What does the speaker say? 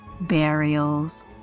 burials